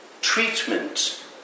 treatment